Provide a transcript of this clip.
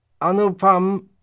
anupam